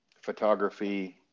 photography